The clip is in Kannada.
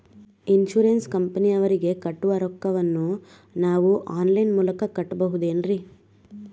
ಇನ್ಸೂರೆನ್ಸ್ ಕಂಪನಿಯವರಿಗೆ ಕಟ್ಟುವ ರೊಕ್ಕ ವನ್ನು ನಾನು ಆನ್ ಲೈನ್ ಮೂಲಕ ಕಟ್ಟಬಹುದೇನ್ರಿ?